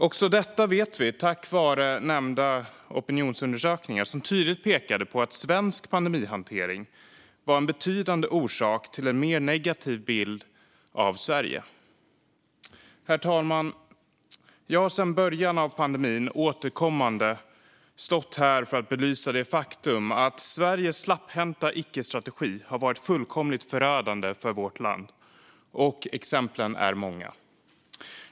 Också detta vet vi tack vare tidigare nämnda opinionsundersökningar som tydligt pekade på att svensk pandemihantering var en betydande orsak till en mer negativ bild av Sverige. Herr talman! Jag har sedan början av pandemin återkommande stått här för att belysa det faktum att Sveriges slapphänta icke-strategi har varit fullkomligt förödande för vårt land, och exemplen är många.